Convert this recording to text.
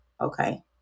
okay